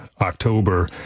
October